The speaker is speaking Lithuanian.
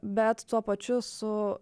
bet tuo pačiu su